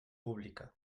pública